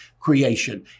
Creation